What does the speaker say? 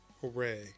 hooray